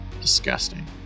Disgusting